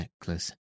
necklace